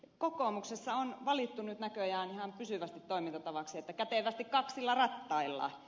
kokoomuksessa on valittu nyt näköjään ihan pysyväksi toimintatavaksi että kätevästi kaksilla rattailla